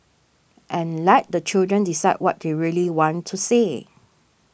and let the children decide what they really want to say